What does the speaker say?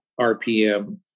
RPM